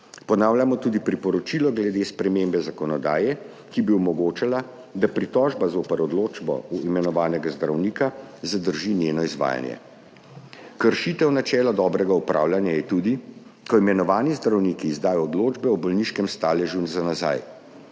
Ponavljamo tudi priporočilo glede spremembe zakonodaje, ki bi omogočala, da pritožba zoper odločbo imenovanega zdravnika zadrži njeno izvajanje. Kršitev načela dobrega upravljanja je tudi, ko imenovani zdravniki izdajo odločbe o bolniškem staležu za nazaj.